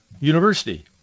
university